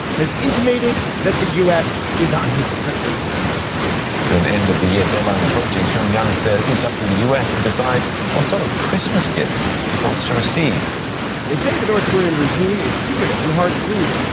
has intimated that the u s. is on his christmas list and an end of the year ah deadline approaching. pyongyang says it's up to the u s. to decide what sort of christmas gift it wants to receive they say the north korean regime is secretive and hard to read.